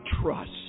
trust